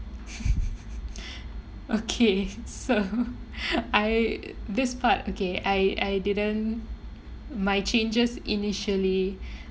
okay so I this part okay I I didn't my changes initially